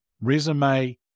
resume